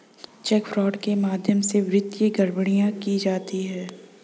check fraud के माध्यम से वित्तीय गड़बड़ियां की जाती हैं